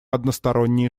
односторонние